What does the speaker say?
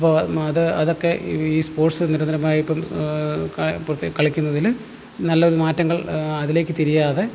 അപ്പോൾ അത് അതൊക്കെ ഈ സ്പോർട്സ് നിരന്തരമായിപ്പം ക കളിക്കുന്നതില് നല്ലൊര് മാറ്റങ്ങൾ അതിലേക്ക് തിരിയാതെ